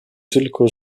tylko